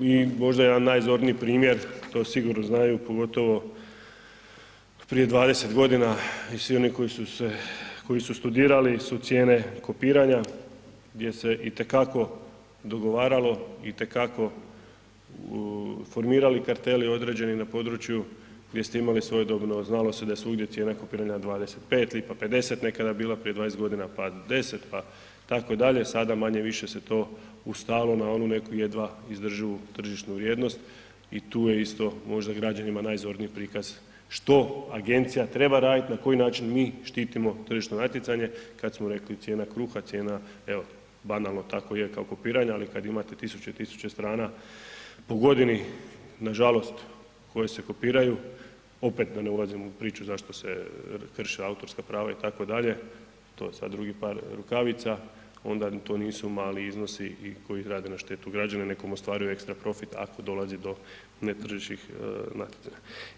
i možda jedan najzorniji primjer, to sigurno znaju pogotovo prije 20.g. i svi oni koji su se, koji su studirali su cijene kopiranja gdje se itekako dogovaralo, itekako formirali karteli određeni na području gdje ste imali svojedobno, znalo se da svugdje cijena kopiranja 25 lipa, 50 nekada bila prije 20.g., pa 10,. pa tako dalje, sada manje-više se to ustalilo na onu neku jedva izdrživu tržišnu vrijednost i tu je isto možda građanima najzorniji prikaz što agencija treba radit, na koji način mi štitimo tržišno natjecanje kad smo rekli cijena kruha, cijena, evo banalno tako je kao kopiranja, ali kad imate tisuće i tisuće strana po godini nažalost koje se kopiraju, opet da ne ulazim u priču zašto se krše autorska prava itd., to je sad drugi par rukavica, onda to nisu mali iznosi i koji rade na štetu građana, nekom ostvaruju ekstra profit ako dolazi do netržišnih natjecanja.